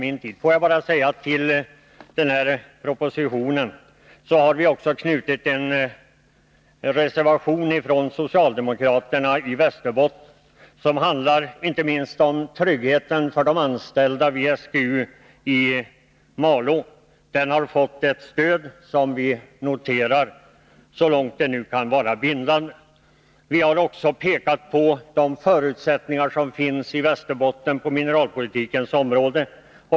I en motion har socialdemokraterna i Västerbotten tagit upp frågan om tryggheten för de anställda vid SGU i Malå. Den har fått ett stöd som vi hälsar med tillfredsställelse. Vi har också pekat på de förutsättningar som finns i Västerbotten på mineralpolitikens område.